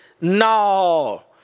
No